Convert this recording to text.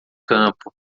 campo